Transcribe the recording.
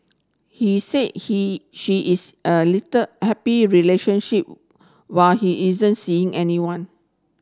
he said he she is a little happy relationship while he isn't seeing anyone